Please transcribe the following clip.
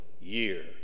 year